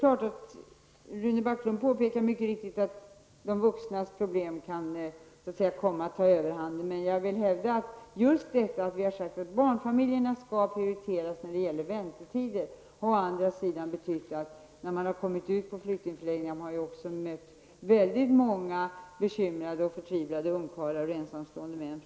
Rune Backlund påpekar mycket riktigt att de vuxnas problem kan komma att ta överhanden. Det förhållandet att barnfamiljerna skall prioriteras när det gäller väntetider har medfört att jag när jag kommit ut på flyktingförläggningarna mött många som är bekymrade och förtvivlade, framför allt ensamstående män.